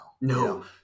No